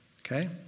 okay